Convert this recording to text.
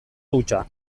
hutsa